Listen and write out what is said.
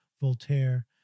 Voltaire